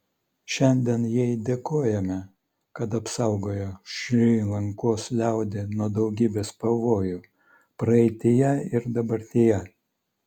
šiandien jai dėkojame kad apsaugojo šri lankos liaudį nuo daugybės pavojų praeityje ir dabartyje